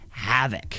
Havoc